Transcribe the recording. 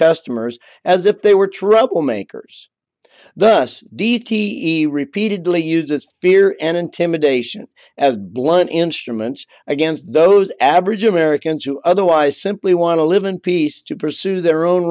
customers as if they were troublemakers thus d t e repeatedly uses fear and intimidation as blunt instruments against those average americans who otherwise simply want to live in peace to pursue their own